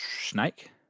snake